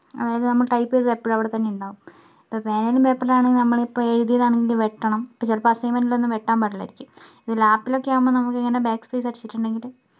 അതായത് നമ്മൾ ടൈപ് ചെയ്തത് എപ്പൊഴും അവിടെത്തന്നെ ഉണ്ടാവും ഇപ്പം പേനയിലും പേപ്പറിലും ആണെങ്കിൽ നമ്മളിപ്പോൾ എഴുതിയതാണെങ്കിൽ വെട്ടണം ഇപ്പൊൾ ചിലപ്പോൾ അസൈൻമെൻറ്റിലൊന്നും വെട്ടാൻ പാടില്ലായിരിക്കും ഇത് ലാപ്പിലൊക്കെയാകുമ്പോൾ നമുക്കിങ്ങനെ ബാക്സ്പേസ് അടിച്ചിട്ടുണ്ടെങ്കില്